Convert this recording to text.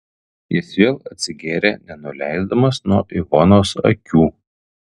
jis vėl atsigėrė nenuleisdamas nuo ivonos akių